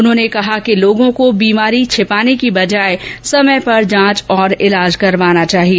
उन्होंने कहा कि लोगों को बीमारी को छिपाने की बजाय समय पर जांच और इलाज करवाना चाहिए